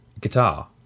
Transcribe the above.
Guitar